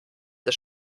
der